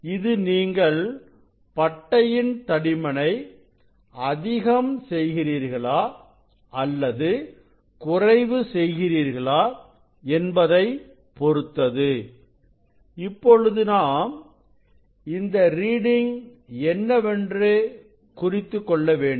இது நீங்கள் பட்டையின் தடிமனை அதிகம் செய்கிறீர்களா அல்லது குறைவு செய்கிறீர்களா என்பதை பொறுத்தது இப்பொழுது நாம் இந்த ரீடிங் என்னவென்று குறித்துக்கொள்ள வேண்டும்